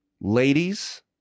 Ladies